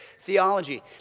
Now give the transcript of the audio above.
theology